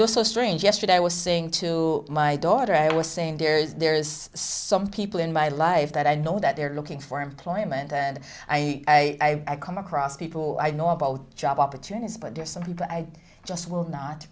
also strange yesterday i was saying to my daughter i was saying there's there is some people in my life that i know that they're looking for employment and i come across people i know about job opportunities but there are some people i just will not